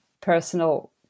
personal